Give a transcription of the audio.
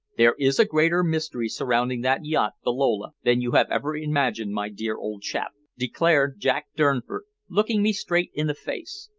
there is a greater mystery surrounding that yacht, the lola, than you have ever imagined, my dear old chap, declared jack durnford, looking me straight in the face.